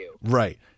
Right